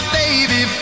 baby